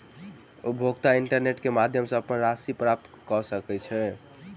उपभोगता इंटरनेट क माध्यम सॅ अपन राशि प्राप्त कय सकै छै